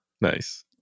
Nice